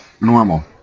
normal